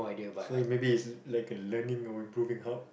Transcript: so maybe it's it's like a learning or improving hub